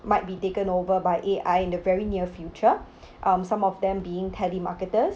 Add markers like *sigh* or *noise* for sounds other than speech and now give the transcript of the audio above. might be taken over by A_I in the very near future *breath* um some of them being telemarketers